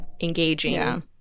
engaging